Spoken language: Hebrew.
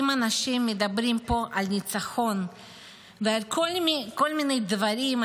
אם אנשים מדברים פה על ניצחון ועל כל מיני דברים,